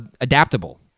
adaptable